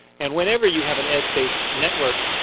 and whenever you have an edge-based network,